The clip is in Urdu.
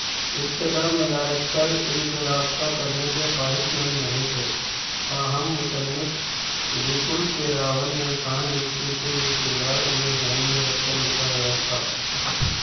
ابتدا میں ڈائریکٹر ان سے رابطہ کرنے کے خواہشمند نہیں تھے تاہم مصنف وپل کے راول نے ٹھان لی کیونکہ یہ کردار انہیں ذہن میں رکھ کر لکھا گیا تھا